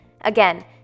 Again